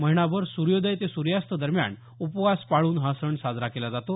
महिनाभर सुर्योदय ते सुर्यास्त दरम्यान उपवास पाळून हा सण साजरा केला जातो